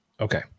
Okay